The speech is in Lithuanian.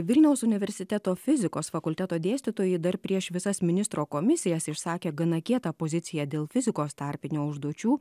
vilniaus universiteto fizikos fakulteto dėstytojai dar prieš visas ministro komisijas išsakė gana kietą poziciją dėl fizikos tarpinių užduočių